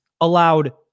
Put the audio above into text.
allowed